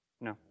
No